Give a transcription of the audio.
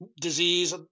disease